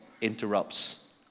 interrupts